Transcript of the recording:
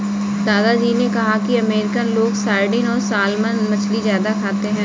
दादा जी ने कहा कि अमेरिकन लोग सार्डिन और सालमन मछली ज्यादा खाते हैं